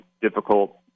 difficult